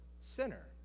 sinner